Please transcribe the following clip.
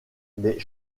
des